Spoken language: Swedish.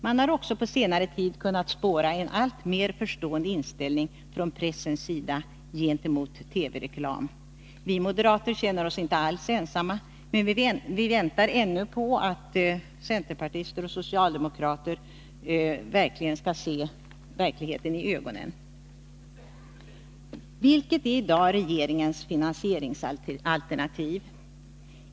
Man har också på senare tid kunnat spåra en alltmer förstående inställning från pressens sida gentemot TV-reklam. Vi moderater känner oss inte alls ensamma, men vi väntar ännu på att centerpartister och socialdemokrater skall se verkligheten i ögonen. Vilket är i dag regeringens finansieringsalternativ?